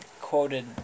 quoted